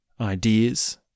ideas